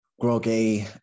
groggy